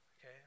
Okay